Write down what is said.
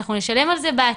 אנחנו נשלם על זה בעתיד.